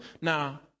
Now